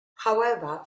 however